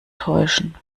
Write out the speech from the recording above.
täuschen